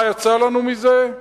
מה יצא לנו מזה?